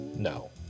No